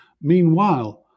Meanwhile